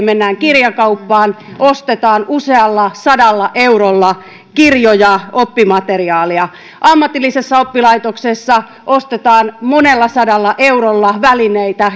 mennään kirjakauppaan ostetaan usealla sadalla eurolla kirjoja oppimateriaalia ammatillisessa oppilaitoksessa ostetaan monella sadalla eurolla välineitä